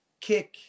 kick